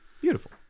Beautiful